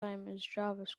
javascript